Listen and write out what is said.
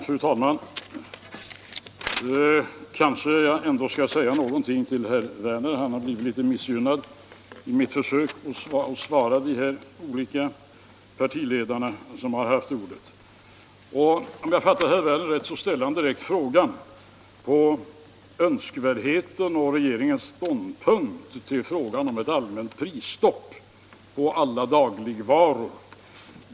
Fru talman! Kanske jag ändå skall säga någonting till herr Werner i Tyresö — han har blivit litet missgynnad i mitt försök att svara de olika partiledare som har haft ordet. Om jag fattade herr Werner rätt ställde han direkt frågan om regeringens ståndpunkt beträffande önskvärdheten av ett allmänt prisstopp på alla dagligvaror.